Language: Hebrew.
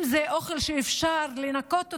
אם זה אוכל שאפשר לנקות אותו,